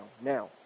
Now